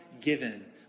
given